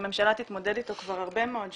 שהממשלה תתמודד איתו כבר הרבה מאוד שנים,